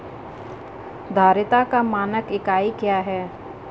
धारिता का मानक इकाई क्या है?